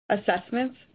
assessments